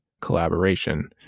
collaboration